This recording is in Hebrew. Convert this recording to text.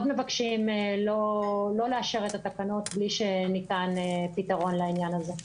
מבקשים לא לאשר את התקנות בלי שניתן פתרון לעניין הזה.